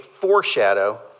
foreshadow